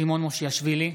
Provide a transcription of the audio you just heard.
סימון מושיאשוילי,